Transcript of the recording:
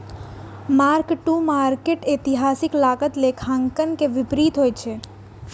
mark to market एतिहासिक लागत लेखांकन के विपरीत होइ छै